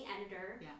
editor